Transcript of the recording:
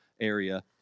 area